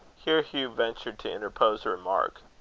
here hugh ventured to interpose a remark.